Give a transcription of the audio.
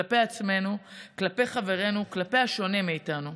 כלפי עצמנו, כלפי חברינו, כלפי השונה מאיתנו?